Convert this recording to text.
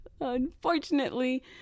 unfortunately